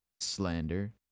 slander